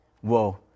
Whoa